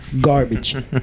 Garbage